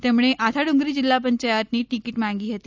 તેમણે આથાડુંગરી જિલ્લા પંચાયતની ટીકીટ માંગી હતી